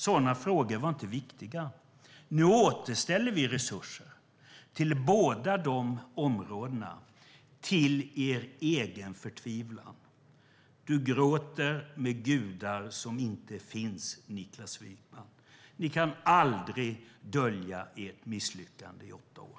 Sådana frågor var inte viktiga. Nu återställer vi resurserna till båda dessa områden, till er förtvivlan. Du gråter med gudar som inte finns, Niklas Wykman. Ni kan aldrig dölja ert misslyckande i åtta år.